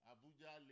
Abuja